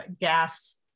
gas